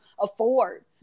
afford